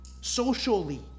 socially